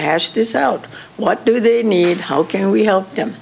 hash this out what do they need how can we help them